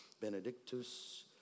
Benedictus